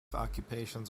occupations